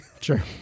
Sure